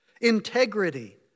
integrity